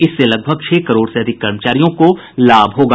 इससे लगभग छह करोड़ से अधिक कर्मचारियों को लाभ होगा